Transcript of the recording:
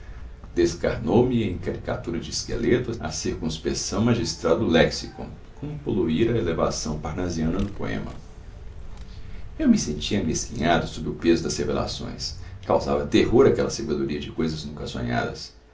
chulos descarnou me em caricatura de esqueleto a circunspeção magistral do lexicon como poluíra a elevação parnasiana do poema eu me sentia amesquinhado sob o peso das revelações causava terror aquela sabedoria de coisas nunca sonhadas